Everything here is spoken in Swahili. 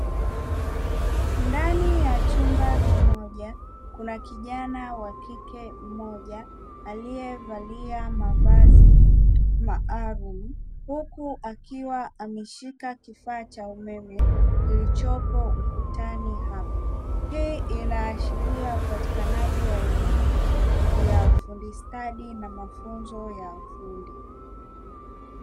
Ndani ya chumba kimoja, kuna kijana wa kike moja aliyevalia mavazi maalumu, huku akiwa ameshika kifaa cha umeme kilichopo ukutani hapo hii inaashiria upatikanaji wa elimu ya ufundi stadi na mafunzo ya ufundi.